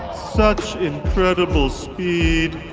such incredible speed.